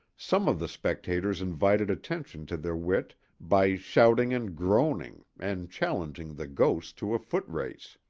some of the spectators invited attention to their wit by shouting and groaning and challenging the ghost to a footrace.